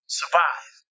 survive